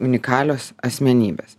unikalios asmenybės